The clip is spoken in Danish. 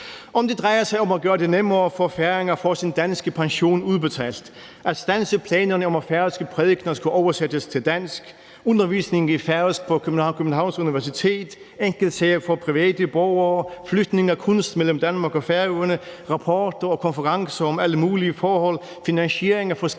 Om det drejer sig om at gøre det nemmere for færinger at få deres danske pension udbetalt, at standse planerne om, at færøske prædikener skal oversættes til dansk, eller om det drejer sig om undervisningen i færøsk på Københavns Universitet, enkeltsager for private borgere, flytning af kunst mellem Danmark og Færøerne, rapporter og konferencer om alle mulige forhold,